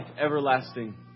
everlasting